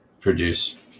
produce